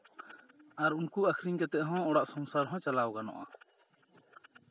ᱟᱨ ᱩᱱᱠᱩ ᱟᱹᱠᱷᱨᱤᱧ ᱠᱟᱛᱮᱜ ᱦᱚᱸ ᱚᱲᱟᱜ ᱥᱚᱝᱥᱟᱨ ᱦᱚᱸ ᱪᱟᱞᱟᱣ ᱜᱟᱱᱚᱜᱼᱟ